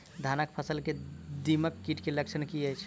धानक फसल मे दीमक कीट केँ लक्षण की अछि?